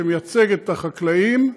שמייצגת את החקלאים,